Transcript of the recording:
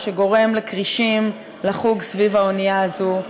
מה שגורם לכרישים לחוג סביב האנייה הזאת.